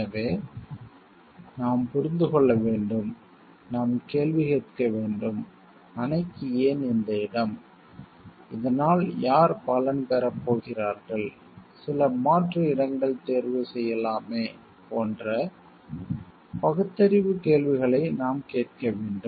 எனவே நாம் புரிந்து கொள்ள வேண்டும் நாம் கேள்வி கேட்க வேண்டும் அணைக்கு ஏன் இந்த இடம் இதனால் யார் பலன் பெறப்போகிறார்கள் சில மாற்று இடங்கள் தேர்வு செய்யலாமே போன்ற பகுத்தறிவு கேள்விகளை நாம் கேட்க வேண்டும்